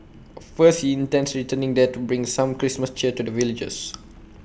A first he intends returning there to bring some Christmas cheer to the villagers